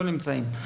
לא נמצאים.